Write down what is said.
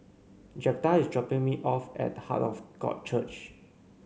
Jeptha is dropping me off at Heart of God Church